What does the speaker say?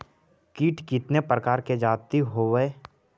कीट कीतने प्रकार के जाती होबहय?